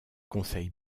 conseil